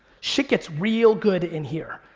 shit gets real good in here.